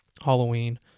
Halloween